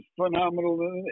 phenomenal